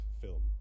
film